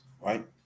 right